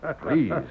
Please